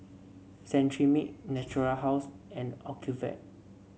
Cetrimide Natura House and Ocuvite